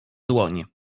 dłoń